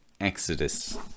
Exodus